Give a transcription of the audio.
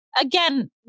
Again